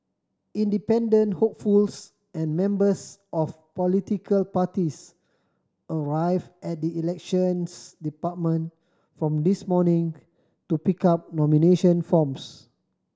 independent hopefuls and members of political parties arrived at the Elections Department from this morning to pick up nomination forms